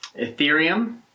Ethereum